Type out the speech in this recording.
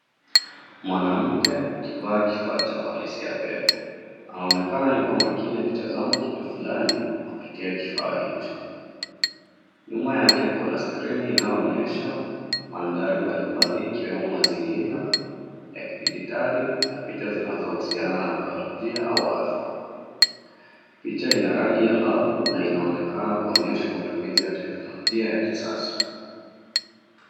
Mwanamke akivaa kifaa cha halisia pepe. Anaonekana ni kwa makini akitazama kitu flani kupitia kifaa hicho. Nyuma yake kuna skrini inaonyesha mandhari mbalimbali ikiwemo mazingira ya kidijitali na picha zinazohusiana na biolojia au afya. Picha ina rangi angavu na inaonekana kuonyesha matumizi ya teknolojia ya kisasa.